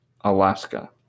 alaska